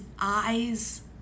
eyes